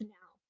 now